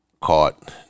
caught